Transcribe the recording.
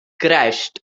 crashed